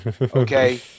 Okay